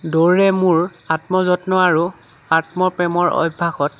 দৌৰে মোৰ আত্ম যত্ন আৰু আত্ম প্ৰেমৰ অভ্যাসত